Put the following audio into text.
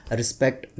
respect